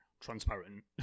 transparent